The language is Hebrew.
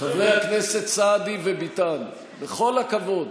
חברי הכנסת סעדי וביטן, בכל הכבוד,